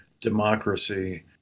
democracy